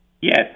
Yes